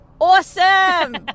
Awesome